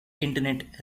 internet